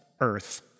Earth